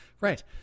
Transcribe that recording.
right